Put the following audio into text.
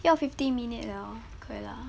要 fifty minute liao 可以 lah